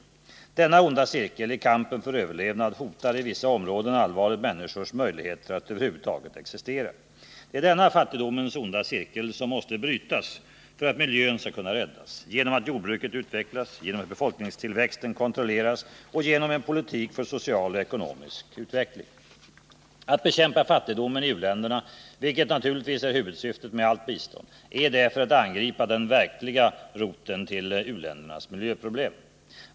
Denna onda cirkel i kampen för överlevnad hotar i vissa områden allvarligt människors möjligheter att över huvud taget existera. Det är denna fattigdomens onda cirkel som måste brytas för att miljön skall kunna räddas — genom att jordbruket utvecklas, genom att befolkningstillväxten kontrolleras och genom en politik för social och ekonomisk utjämning. Att bekämpa fattigdomen i u-länderna — vilket naturligtvis är huvudsyftet med allt bistånd — är därför att angripa den verkliga roten till u-ländernas miljöproblem.